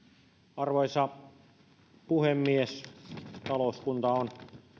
arvoisa puhemies talousvaliokunta on